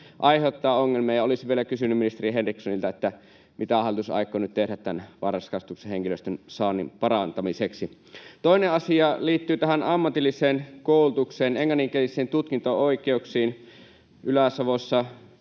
aiheuttaa ongelmia. Olisin vielä kysynyt ministeri Henrikssonilta: mitä hallitus aikoo nyt tehdä tämän varhaiskasvatuksen henkilöstön saannin parantamiseksi? Toinen asia liittyy tähän ammatilliseen koulutukseen, englanninkielisiin tutkinto-oikeuksiin. Ylä-Savossa